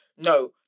No